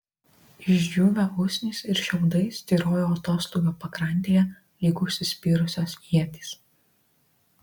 išdžiūvę usnys ir šiaudai styrojo atoslūgio pakrantėje lyg užsispyrusios ietys